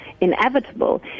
inevitable